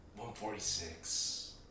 146